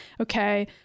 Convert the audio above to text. okay